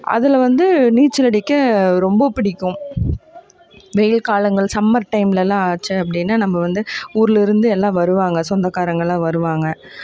அதில் வந்து நீச்சல் அடிக்க ரொம்ப பிடிக்கும் வெயில் காலங்கள் சம்மர் டைம்லலாம் ஆச்சு அப்படினா நம்ம வந்து ஊர்லேருந்து எல்லாம் வருவாங்க சொந்தகாரங்களாம் வருவாங்க